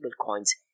coins